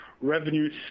revenue